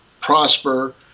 prosper